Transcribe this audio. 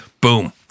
Boom